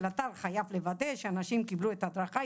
האתר חייב לוודא שאנשים קיבלו את ההדרכה,